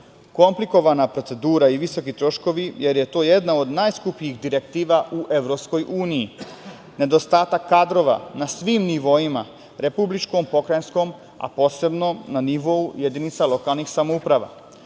Komplikovana procedura i visoki troškovi, jer je to jedna od najskupljih direktiva u EU. Nedostatak kadrova na svim nivoima, republičkom, pokrajinskom, a posebno na nivou jedinica lokalnih samouprava.